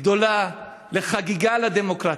גדולה לחגיגה לדמוקרטיה,